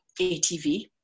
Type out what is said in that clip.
ATV